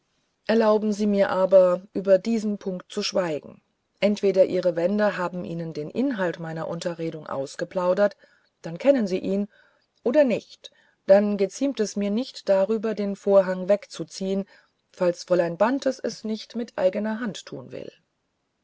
erlauben sie mir aber eben über diesen punkt zu schweigen entweder ihre wände haben ihnen den inhalt meiner unterredung ausgeplaudert dann kennen sie ihn oder nicht dann geziemt es mir nicht darüber den vorhang wegzuziehen falls fräulein bantes es nicht mit eigener hand tun will